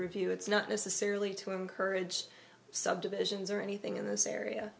review it's not necessarily to encourage subdivisions or anything in this area